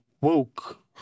woke